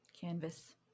Canvas